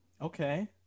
Okay